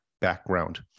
background